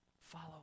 Follow